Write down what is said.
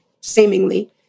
seemingly